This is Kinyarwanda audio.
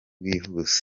bwihuse